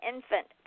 Infant